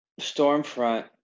Stormfront